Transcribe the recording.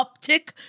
uptick